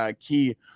key